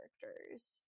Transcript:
characters